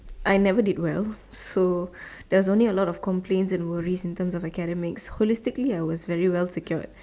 I never did well so there was only a lot of complaints and worries in terms of academic holistically I was really well secured